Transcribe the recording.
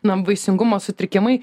nam vaisingumo sutrikimai